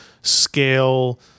scale